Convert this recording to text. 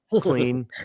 clean